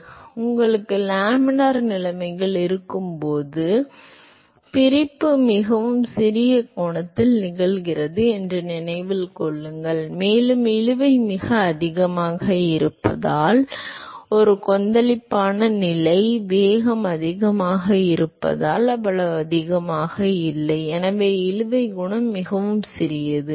எனவே உங்களுக்கு லேமினார் நிலைமைகள் இருக்கும்போது பிரிப்பு மிகவும் சிறிய கோணத்தில் நிகழ்கிறது என்பதை நினைவில் கொள்ளுங்கள் மேலும் இழுவை மிக அதிகமாக இருப்பதால் ஒரு கொந்தளிப்பான நிலை ஏனெனில் வேகம் அதிகமாக இருப்பதால் இழுப்பு அவ்வளவு அதிகமாக இல்லை எனவே இழுவை குணகம் மிகவும் சிறியது